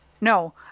No